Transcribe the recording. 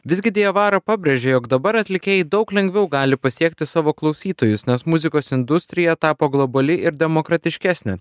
visgi diawara pabrėžė jog dabar atlikėjai daug lengviau gali pasiekti savo klausytojus nes muzikos industrija tapo globali ir demokratiškesnė